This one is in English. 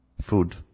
Food